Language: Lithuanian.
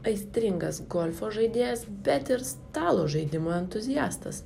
aistringas golfo žaidėjas bet ir stalo žaidimų entuziastas